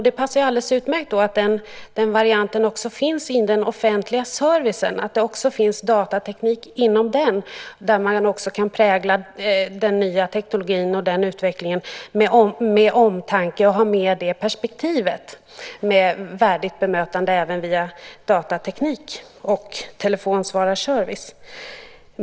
Då passar det alldeles utmärkt att den varianten också finns inom den offentliga servicen, att det finns datateknik inom den och att man kan prägla den nya teknologin och den utvecklingen med omtanke och ha med perspektivet med värdigt bemötande även via datateknik och telefonsvararservice.